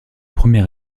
premier